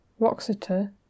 Roxeter